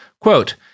Quote